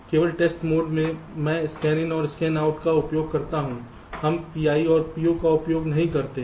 केवल test mode में मैं Scanin और Scanout का उपयोग करता हूं हम PI और POका उपयोग नहीं करते हैं